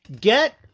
Get